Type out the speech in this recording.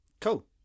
Cool